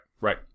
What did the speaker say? Right